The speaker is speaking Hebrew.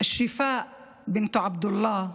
את שיפא בינת עבדוללאה,